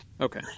Okay